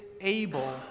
able